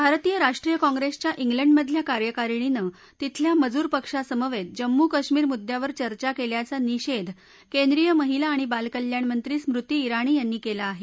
भारतीय राष्ट्रीय काँग्रेसच्या उलंडमधल्या कार्यकारिणीनं तिथल्या मजूर पक्षासमवेत जम्मू कश्मीर मुद्यावर चर्चा केल्याचा निषेध केंद्रीय महिला अणि बालकल्याणमंत्री स्मृती जिणी यांनी केला आहे